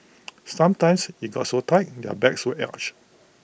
sometimes IT got so tight in their backs were arched